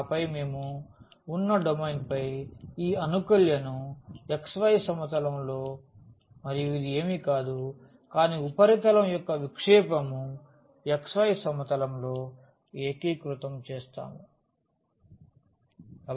ఆపై మేము ఉన్న డొమైన్పై ఈ అనుకల్యను xy సమతలం లో మరియు ఇది ఏమీ కాదు కానీ ఉపరితలం యొక్క విక్షేపము xyసమతలం లో ఏకీకృతం చేస్తాము